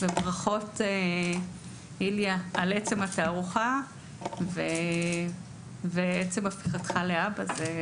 ברכות איליה על עצם התערוכה ועצם הפיכתך לאבא.